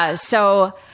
ah so,